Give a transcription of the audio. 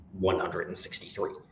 163